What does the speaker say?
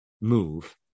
MOVE